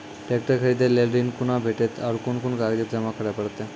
Tractor खरीदै लेल ऋण कुना भेंटते और कुन कुन कागजात जमा करै परतै?